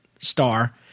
star